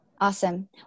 Awesome